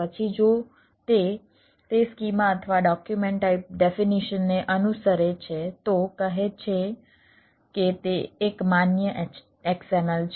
પછી જો તે તે સ્કીમા અથવા ડોક્યુમેન્ટ ટાઈપ ડેફિનિશનને અનુસરે છે તો કહે છે કે તે એક માન્ય XML છે